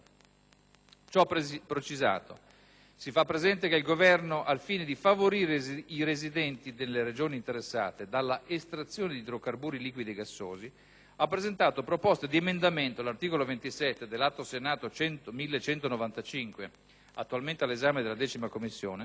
Ciò precisato, si fa presente che il Governo, al fine di favorire i residenti nelle Regioni interessate dall'estrazione di idrocarburi liquidi e gassosi, ha presentato proposta di emendamento all'articolo 27 dell'Atto Senato n. 1195, attualmente all'esame della 10a Commissione